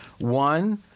One